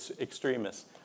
extremists